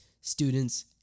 students